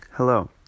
Hello